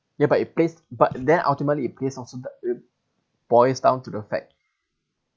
ya but it place but then ultimately it place also that it boils down to the effect